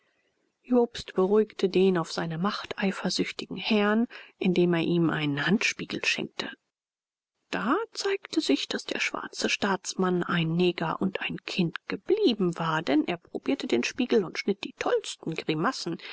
jobst beruhigte den auf seine macht eifersüchtigen herrn indem er ihm einen handspiegel schenkte da zeigte sich daß der schwarze staatsmann ein neger und kind geblieben war denn er probierte den spiegel und schnitt die tollsten grimassen